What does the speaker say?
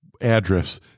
address